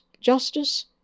Justice